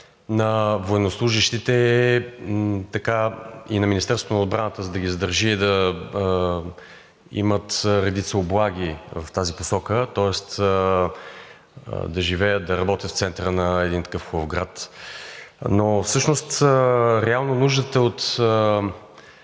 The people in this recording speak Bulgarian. на военнослужещите и на Министерството на отбраната, за да ги задържи, е да имат редица облаги в тази посока, тоест да живеят, да работят в центъра на един такъв хубав град, но всъщност реално нуждата от